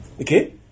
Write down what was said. okay